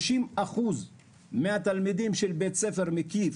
30% מהתלמידים של בית ספר מקיף,